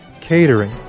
catering